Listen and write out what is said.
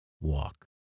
walk